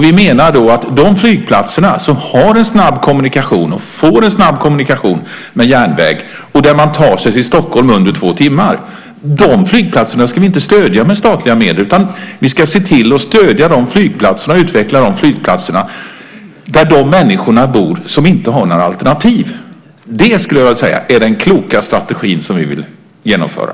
Vi menar att de flygplatser som ligger på orter där man har eller kommer att få snabba kommunikationer med järnväg så att man kan ta sig till Stockholm på mindre än två timmar ska vi inte stödja med statliga medel. Vi ska stödja och utveckla flygplatserna på de orter där människor inte har några alternativ. Det är den kloka strategi som vi vill genomföra.